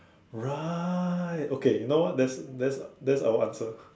right okay you know what that's that's that's our answer